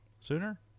sooner